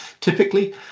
typically